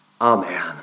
Amen